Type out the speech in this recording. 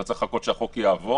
אתה צריך לחכות שהחוק יעבור,